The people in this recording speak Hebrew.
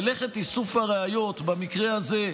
מלאכת איסוף הראיות במקרה הזה,